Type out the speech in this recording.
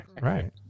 Right